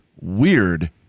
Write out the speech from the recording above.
weird